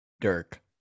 Dirk